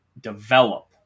develop